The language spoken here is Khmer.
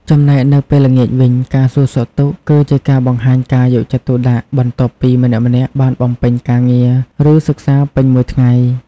ចំណែកនៅពេលល្ងាចវិញ ការសួរសុខទុក្ខគឺជាការបង្ហាញការយកចិត្តទុកដាក់ បន្ទាប់ពីម្នាក់ៗបានបំពេញការងារ ឬសិក្សាពេញមួយថ្ងៃ។